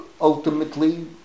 ultimately